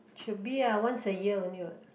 should be uh once a year only what